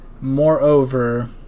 Moreover